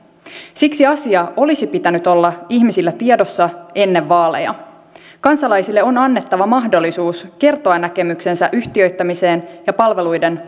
siksi asia olisi pitänyt olla ihmisillä tiedossa ennen vaaleja kansalaisille on annettava mahdollisuus kertoa näkemyksensä yhtiöittämiseen ja palveluiden